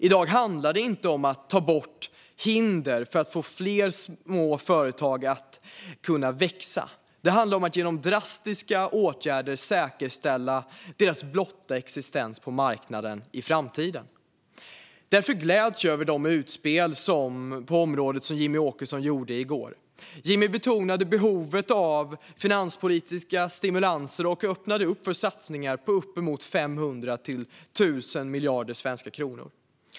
I dag handlar det inte om att ta bort hinder för att få fler små företag att kunna växa. Det handlar om att genom drastiska åtgärder säkerställa deras blotta existens på marknaden i framtiden. Därför gläds jag över de utspel på området som Jimmie Åkesson gjorde i går. Han betonade behovet av finanspolitiska stimulanser och öppnade upp för satsningar på uppemot 500 till 1 000 miljarder svenska kronor.